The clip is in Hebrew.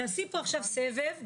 תעשי פה עכשיו סבב,